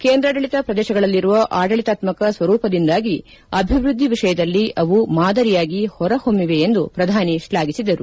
ಕೇಂದ್ರಾಡಳಿತ ಪ್ರದೇಶಗಳಲ್ಲಿರುವ ಆಡಳಿತಾತ್ಮಕ ಸ್ವರೂಪದಿಂದಾಗಿ ಅಭಿವೃದ್ದಿ ವಿಷಯದಲ್ಲಿ ಅವು ಮಾದರಿಯಾಗಿ ಹೊರಹೊಮ್ನಿವೆ ಎಂದು ಪ್ರಧಾನಿ ಶ್ಲಾಘಿಸಿದರು